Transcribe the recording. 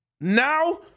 Now